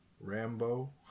Rambo